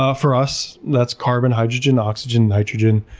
ah for us, that's carbon, hydrogen, oxygen, nitrogen,